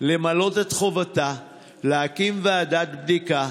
למלא את חובתה להקים ועדת בדיקה